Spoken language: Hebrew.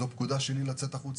זו הייתה פקודה שלי לצאת החוצה.